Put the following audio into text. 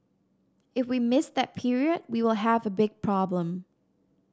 if we miss that period we will have a big problem